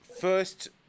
first